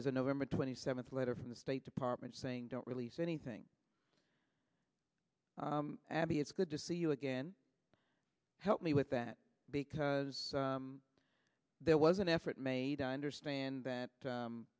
is a november twenty seventh letter from the state department saying don't release anything abbie it's good to see you again help me with that because there was an effort made i understand that